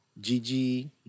Gigi